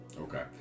okay